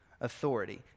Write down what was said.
authority